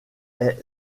est